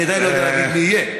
אני עדיין לא יודע להגיד מי יהיה.